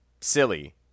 silly